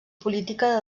política